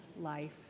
life